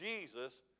Jesus